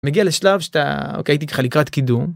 מגיע לשלב שאתה, אוקיי, ככה לקראת קידום.